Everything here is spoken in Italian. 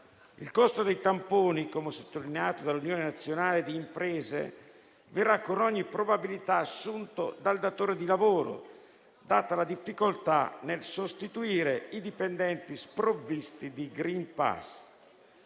Il costo dei tamponi, come sottolineato dall'Unione nazionale di imprese, verrà con ogni probabilità assunto dal datore di lavoro, data la difficoltà nel sostituire i dipendenti sprovvisti di *green pass,*